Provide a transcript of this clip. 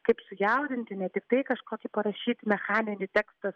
kaip sujaudinti ne tiktai kažkokį parašyti mechaninį tekstą